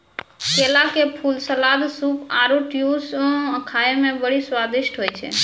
केला के फूल, सलाद, सूप आरु स्ट्यू खाए मे बड़ी स्वादिष्ट होय छै